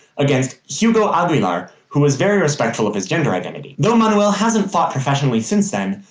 against hugo aguilar, who was very respectful of his gender identity. though manuel hasn't fought professionally since then,